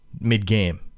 mid-game